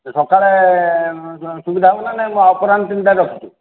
ସକାଳେ ସୁବିଧା ହେବ ନା ନାହିଁ ଅପରାହ୍ନ ତିନ୍ଟାରେ ରଖିଛୁ